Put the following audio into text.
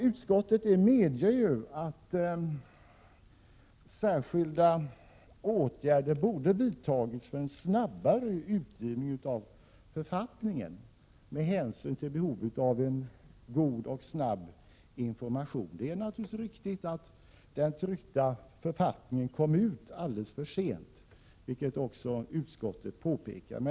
Utskottet medger ju att särskilda åtgärder borde ha vidtagits för att snabbare utge författningen med hänsyn till behovet av god information. Det är naturligtvis ett riktigt påpekande att den tryckta författningen kom ut alldeles för sent, vilket också utskottet påpekat.